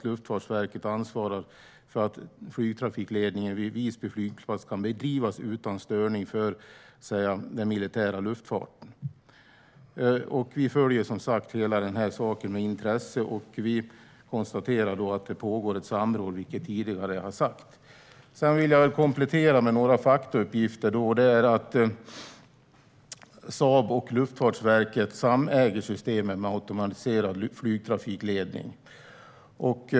Luftfartsverket ansvarar för att flygtrafikledningen vid Visby flygplats kan bedrivas utan störning för den militära luftfarten. Vi följer som sagt hela den här saken med intresse. Vi konstaterar att det pågår ett samråd, som jag tidigare har sagt. Sedan vill jag komplettera med några faktauppgifter. Saab och Luftfartsverket samäger systemet för automatiserad flygtrafikledning.